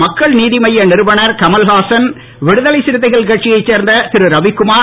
மக்கன் நீதிமய்ய நிறுவனர் கலல்ஹாசன் விடுதலை சிறுத்தைகள் கட்சியைச் சேர்ந்த ரவிகுமார்